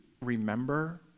remember